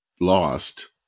lost